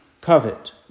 covet